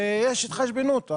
ויש התחשבנות.